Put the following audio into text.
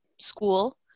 school